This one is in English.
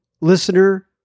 listener